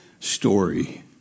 Story